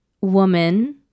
woman